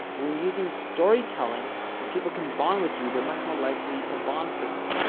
but when you're using storytelling and people can bond with you, they're much more likely to bond for you.